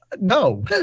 no